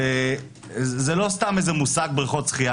זה לא סתם מושג "בריכות שחייה".